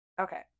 Okay